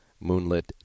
Moonlit